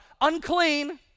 unclean